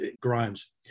Grimes